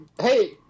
Hey